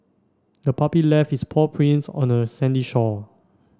the puppy left its paw prints on the sandy shore